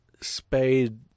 spade